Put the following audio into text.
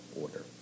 order